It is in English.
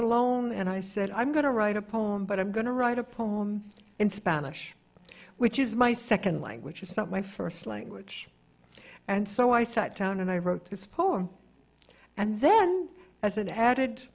alone and i said i'm going to write a poem but i'm going to write a poem in spanish which is my second language is not my first language and so i sat down and i wrote this poem and then as an added